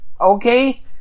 Okay